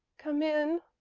come in,